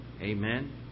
Amen